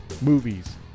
movies